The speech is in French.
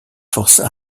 forces